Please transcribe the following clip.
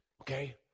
okay